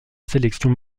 sélection